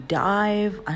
dive